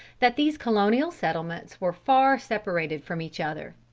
that these colonial settlements were far separated from each other.